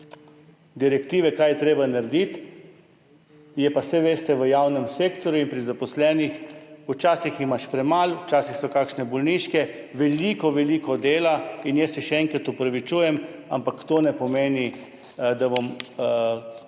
direktive, kaj je treba narediti. Je pa, saj veste, v javnem sektorju in pri zaposlenih, včasih jih imaš premalo, včasih so kakšne bolniške, veliko, veliko je dela. Jaz se še enkrat opravičujem, ampak to ne pomeni, da bom